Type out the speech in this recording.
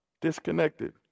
disconnected